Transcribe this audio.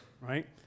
right